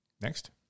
Next